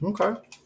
okay